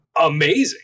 amazing